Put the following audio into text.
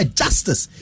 justice